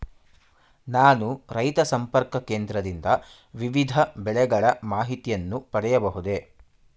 ನಾನು ರೈತ ಸಂಪರ್ಕ ಕೇಂದ್ರದಿಂದ ವಿವಿಧ ಬೆಳೆಗಳ ಮಾಹಿತಿಯನ್ನು ಪಡೆಯಬಹುದೇ?